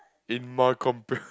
in my compare